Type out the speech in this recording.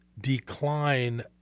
decline